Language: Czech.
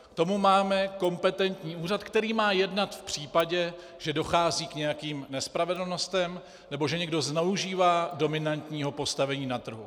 K tomu máme kompetentní úřad, který má jednat v případě, že dochází k nějakým nespravedlnostem nebo že někdo zneužívá dominantního postavení na trhu.